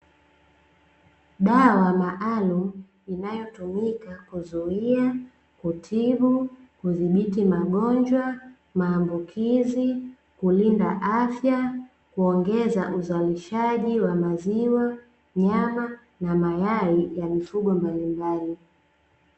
Dawa maalumu inayotumika kuzuia, kutibu, kudhibiti magonjwa, maambukizi, kulinda afya; kuongeza uzalishaji wa maziwa, nyama na mayai ya mifugo mbalimbali.